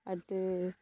அடுத்து